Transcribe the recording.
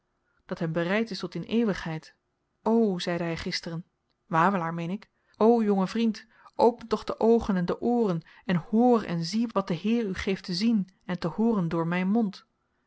dat hem bereid is tot in eeuwigheid o zeide hy gisteren wawelaar meen ik o jonge vriend open toch de oogen en de ooren en hoor en zie wat de heer u geeft te zien en te hooren door myn mond